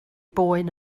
boen